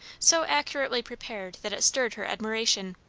so accurately prepared that it stirred her admiration.